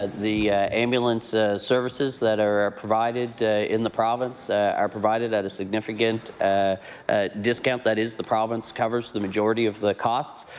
ah the ambulance ah services that are provided in the province are provided at a significant ah ah discount. that is the province covers the majority of the cost.